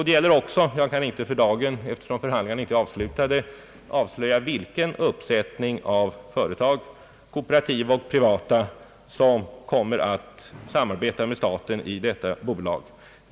Det gäller också de industriföretag, kooperativa eller priva ta, som kommer att samarbeta med staten i detta projekt eftersom förhandlingarna ännu inte är avslutade Ang. Stekenjokkprojektet, m.m. kan jag inte säga vad för slags företag det blir fråga om.